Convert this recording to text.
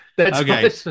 Okay